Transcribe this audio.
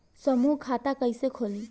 समूह खाता कैसे खुली?